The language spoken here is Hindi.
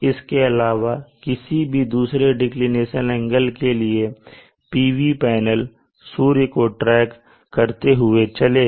इसके अलावा किसी भी दूसरे डिक्लिनेशन एंगल के लिए PV पैनल सूर्य को ट्रैक करते हुए चलेगा